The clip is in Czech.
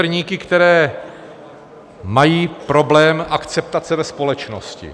Větrníky, které mají problém akceptace ve společnosti.